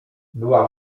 była